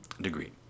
degree